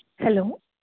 hello